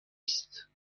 است